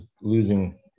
losing